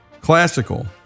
classical